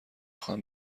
خواهم